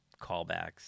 callbacks